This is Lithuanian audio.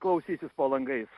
klausysis po langais